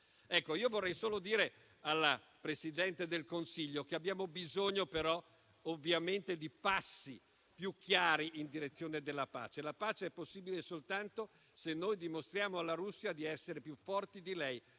vorrei solo dire alla Presidente del Consiglio che abbiamo bisogno, ovviamente, di passi più chiari in direzione della pace, che è possibile soltanto se dimostriamo alla Russia di essere più forti dal